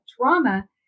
trauma